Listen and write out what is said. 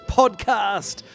podcast